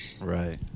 Right